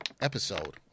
episode